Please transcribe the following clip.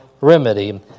remedy